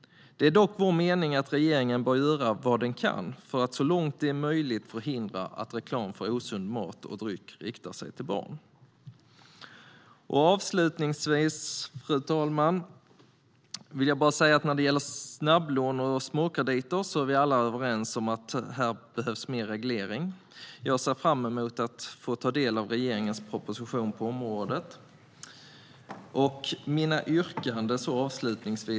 Det är dock vår mening att regeringen bör göra vad den kan för att så långt det är möjligt förhindra att reklam för osund mat och dryck riktar sig till barn. Fru talman! Avslutningsvis vill jag säga att vi alla är överens om att mer reglering behövs när det gäller snabblån och småkrediter. Jag ser fram emot att få ta del av regeringens proposition på området.